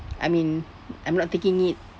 I mean I'm not taking it